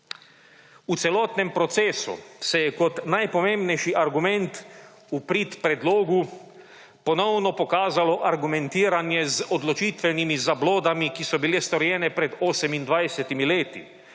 V celotnem procesu se je kot najpomembnejši argument v prid predlogu ponovno pokazalo argumentiranje z odločitvenimi zablodami, ki so bile storjene pred 28 leti,